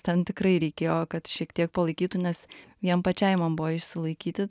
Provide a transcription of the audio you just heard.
ten tikrai reikėjo kad šiek tiek palaikytų nes vien pačiai man buvo išsilaikyti